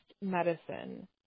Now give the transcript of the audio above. medicine